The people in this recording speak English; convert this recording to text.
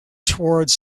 towards